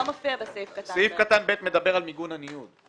סעיף קטן (ב) מדבר על מיגון הניוד.